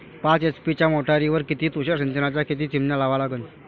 पाच एच.पी च्या मोटारीवर किती तुषार सिंचनाच्या किती चिमन्या लावा लागन?